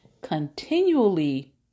continually